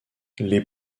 les